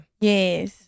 yes